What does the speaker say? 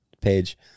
page